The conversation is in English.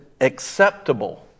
acceptable